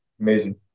Amazing